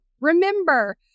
Remember